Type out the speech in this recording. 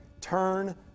turn